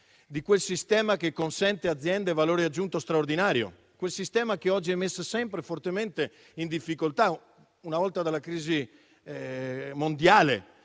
di quel sistema che consente aziende a valore aggiunto straordinario, quel sistema che oggi è messo sempre fortemente in difficoltà, una volta dalla crisi mondiale,